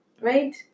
right